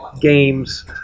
games